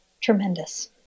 tremendous